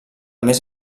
més